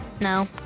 No